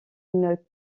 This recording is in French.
une